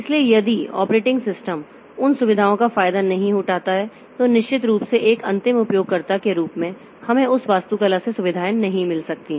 इसलिए यदि operating system उन सुविधाओं का फायदा नहीं उठाता है तो निश्चित रूप से एक अंतिम उपयोगकर्ता के रूप में हमें उस वास्तुकला से सुविधाएं नहीं मिल सकती हैं